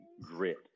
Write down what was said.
grit